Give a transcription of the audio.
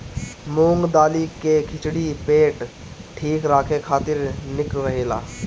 मूंग दाली के खिचड़ी पेट ठीक राखे खातिर निक रहेला